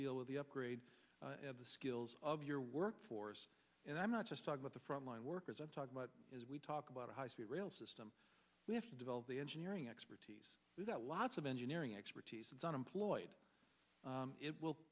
deal with the upgrades of the skills of your workforce and i'm not just talk about the front line workers i'm talking about as we talk about a high speed rail system we have to develop the engineering expertise that lots of engineering expertise is unemployed it will